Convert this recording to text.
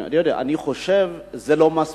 זה לא מספיק.